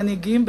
המנהיגים,